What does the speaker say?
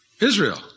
Israel